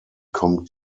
kommt